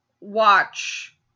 watch